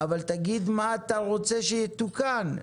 אבל תגיד מה אתה רוצה שיתוקן.